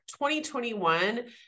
2021